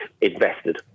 invested